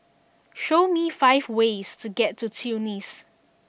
show me five ways to get to Tunis